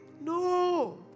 No